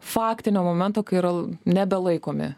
faktinio momento kai yra nebelaikomi